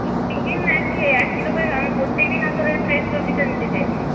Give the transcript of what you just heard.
দিনের না এক কিলো প্রত্যেক দিন আসলে ফ্রেশ সবজিটা নিতে চাইছি